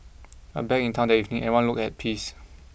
but back in town that evening everyone looked at peace